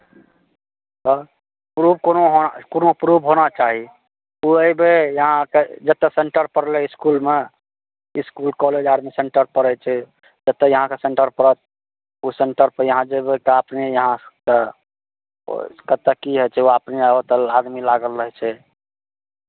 तऽ प्रूफ कोनो होना कोनो प्रूफ होना चाही ओ अयबै यहाँ तऽ जतय सेंटर पड़लै इसकुलमे इसकुल कॉलेज आरमे सेंटर पड़ै छै ततहि अहाँके सेंटर पड़त ओ सेंटरपर अहाँ जेबै तऽ अपने अहाँ से कतय की होइ छै ओ अपने ओतय आदमी लागल रहै छै